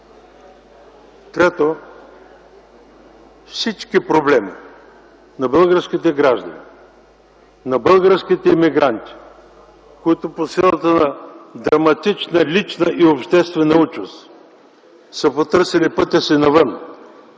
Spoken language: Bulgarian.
Трето, всички проблеми на българските граждани, на българските емигранти, които по силата на драматична лична и обществена участ са потърсили пътя си навън,